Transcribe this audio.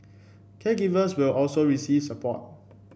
caregivers will also receive support